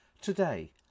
Today